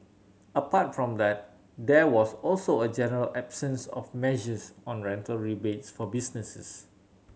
apart from that there was also a general absence of measures on rental rebates for businesses